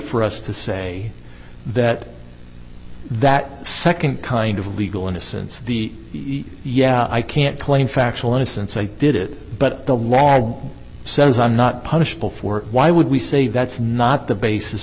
for us to say that that second kind of legal innocence the yeah i can't claim factual innocence i did it but the lord says i'm not punishable for why would we say that's not the basis